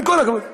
עם כל הכבוד.